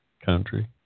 Country